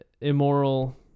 immoral